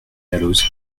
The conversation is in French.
dalloz